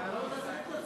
אבל למה אתה צריך להתנצל?